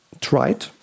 tried